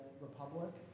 Republic